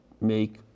make